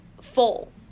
full